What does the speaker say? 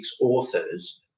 authors